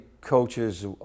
coaches